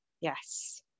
Yes